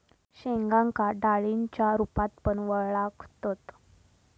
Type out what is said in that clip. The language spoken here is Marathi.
शेंगांका डाळींच्या रूपात पण वळाखतत